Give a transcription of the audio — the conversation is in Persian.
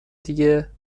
دیگه